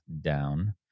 down